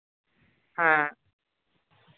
ᱦᱮᱸ